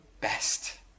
best